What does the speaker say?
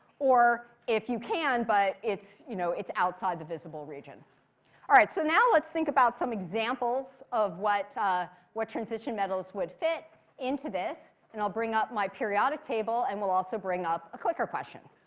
or, if you can. but it's you know it's outside the visible region all right, so now let's think about some examples of what ah what transition metals would fit into this. and i'll bring up my periodic table. and we'll also bring up a clicker question.